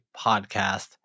podcast